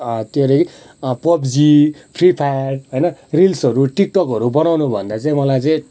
के अरे PUBG free fire होइन रिल्सहरू टिकटकहरू बनाउनुभन्दा चाहिँ मलाई चाहिँ